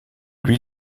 lui